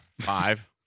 Five